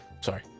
sorry